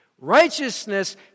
righteousness